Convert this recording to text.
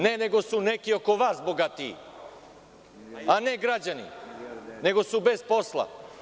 Ne, nego su neki oko vas bogatiji, a ne građani, nego su bez posla.